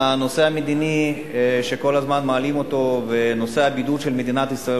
הנושא המדיני שכל הזמן מעלים אותו ונושא הבידוד של מדינת ישראל,